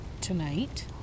Tonight